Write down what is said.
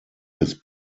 his